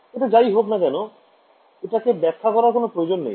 এটা যাই হোক না কেন এটাকে ব্যখ্যা করার কোন প্রয়োজন নেই